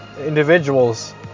individuals